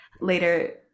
later